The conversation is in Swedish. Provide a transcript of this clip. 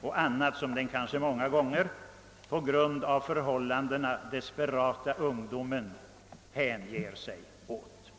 och annat som den kanske många gånger på grund av förhållandena desperata ungdomen hänger sig åt.